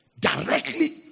Directly